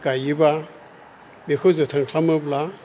गायोबा बेखौ जोथोन खालामोब्ला